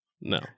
No